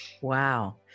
Wow